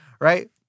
right